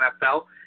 NFL